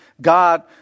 God